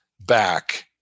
back